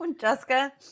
Jessica